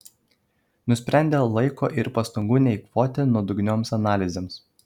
nusprendė laiko ir pastangų neeikvoti nuodugnioms analizėms